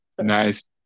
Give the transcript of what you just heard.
nice